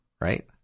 right